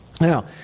Now